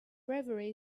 bravery